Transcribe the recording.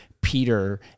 Peter